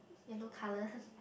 yellow colours